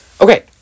Okay